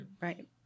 right